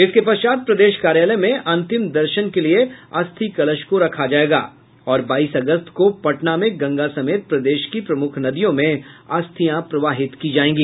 इसके पश्चात् प्रदेश कार्यालय में अंतिम दर्शन के लिए अस्थि कलश को रखा जाएगा और बाईस अगस्त को पटना में गंगा समेत प्रदेश की प्रमुख नदियों में अस्थियां प्रवाहित की जाएगी